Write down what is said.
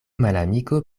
malamiko